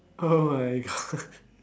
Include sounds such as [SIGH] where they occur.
oh my god [BREATH]